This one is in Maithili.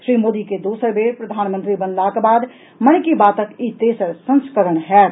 श्री मोदी के दोसर बेर प्रधानमंत्री बनलाक बाद मन की बातक ई तेसर संस्करण होयत